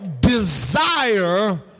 desire